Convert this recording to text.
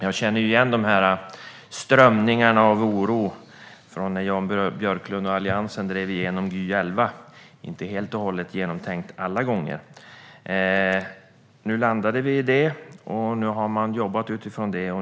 Jag känner igen strömningarna av oro från när Jan Björklund och Alliansen drev igenom Gy 2011, inte helt och hållet genomtänkt. Nu landade vi i det, och man har jobbat utifrån det.